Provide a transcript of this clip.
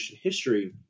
history